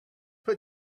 put